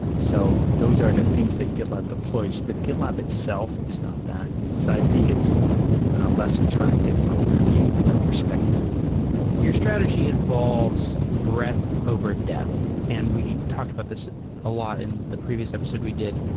so those are the things that gitlab deploys, but gitlab itself is not that. so i think it's less attractive from that view, that perspective your strategy involves breadth over depth, and we talked about this a lot in the previous episode we did.